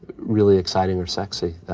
really exciting or sexy,